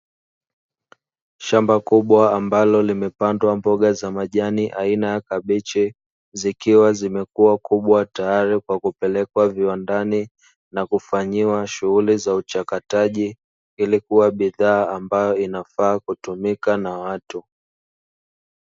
Shamba kubwa ambalo limepandwa mboga za majani aina ya kabichi zikiwa zimekuwa kubwa tayari kwa kupelekwa viwandani, na kufanyiwa shughuli za uchakataji ili kuwa bidhaa ambayo inafaa kutumika na watu.